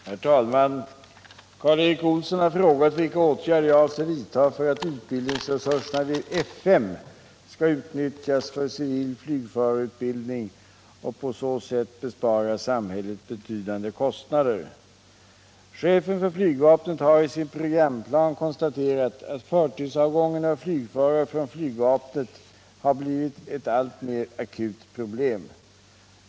Herr talman! Karl Erik Olsson har frågat vilka åtgärder jag avser vidta för att utbildningsresurserna vid F 5 skall utnyttjas för civil flygförarutbildning och på så sätt bespara samhället betydande kostnader. Chefen för flygvapnet har i sin programplan konstaterat att förtidsavgången av flygförare från flygvapnet har blivit ett alltmer akut problem.